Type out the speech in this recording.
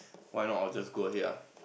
why not I'll just go ahead ah